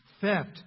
theft